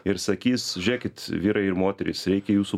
ir sakys žiūrėkit vyrai ir moterys reikia jūsų